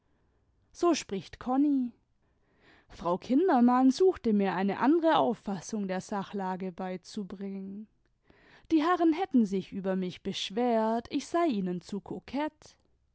so spricht konni frau köndermann suchte mir eine andere auffassung der sachlage beizubringen die herren hätten sich über nüch beschwert ich sei ihnen zu